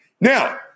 Now